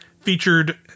featured